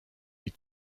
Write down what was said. die